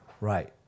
right